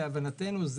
להבנתנו,